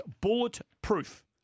bulletproof